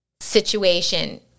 situation